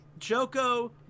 Joko